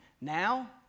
Now